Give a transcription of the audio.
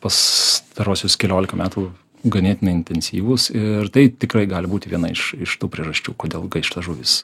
pastaruosius keliolika metų ganėtinai intensyvūs ir tai tikrai gali būti viena iš iš tų priežasčių kodėl gaišta žuvys